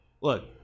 Look